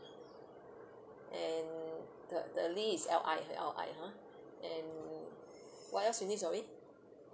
and the the lili is L I L I ha and what else you need sorry